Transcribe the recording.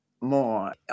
more